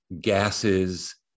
gases